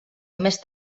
més